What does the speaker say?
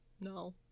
No